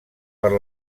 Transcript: per